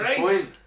Great